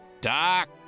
Doc